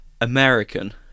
American